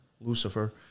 Lucifer